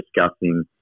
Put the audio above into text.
discussing